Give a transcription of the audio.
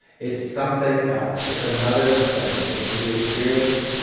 it's something else. it's another thing that can be experienced,